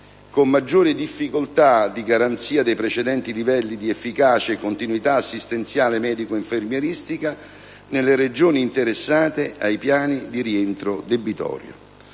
con maggiori difficoltà di garanzia dei precedenti livelli di efficacia e continuità assistenziale medico-infermieristica nelle Regioni interessate ai piani di rientro debitorio.